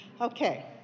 okay